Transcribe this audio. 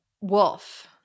Wolf